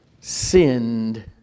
sinned